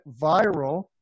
viral